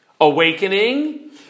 Awakening